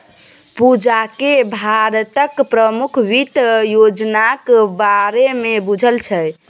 पूजाकेँ भारतक प्रमुख वित्त योजनाक बारेमे बुझल छै